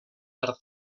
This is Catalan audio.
per